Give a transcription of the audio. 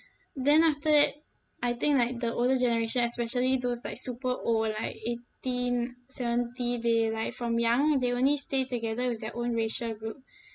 then after that I think like the older generation especially those like super old like eighteen seventy they like from young they only stay together with their own racial group